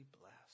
blessed